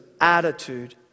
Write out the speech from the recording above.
attitude